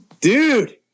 Dude